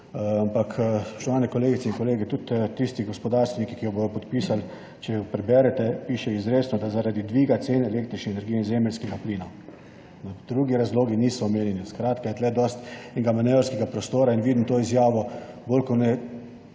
Ampak, spoštovane kolegice in kolegi, tudi tisti gospodarstveniki, ki jo bodo podpisali, če jo preberete, piše izrecno, da zaradi dviga cen električne energije in zemeljskega plina. Drugi razlogi niso omenjeni. Tako je tu dosti nekega manevrskega prostora. Včeraj sem zato tudi po